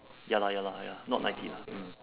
ya lah ya lah ya lah not ninety lah mm